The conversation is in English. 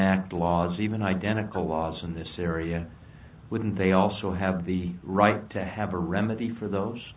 act laws even identical laws in this area wouldn't they also have the right to have a remedy for those